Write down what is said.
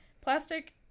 Plastic